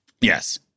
Yes